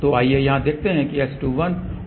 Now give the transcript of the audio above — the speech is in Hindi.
तो आइए यहां देखते हैं कि S21 और S31 क्या हैं